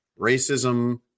racism